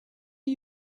are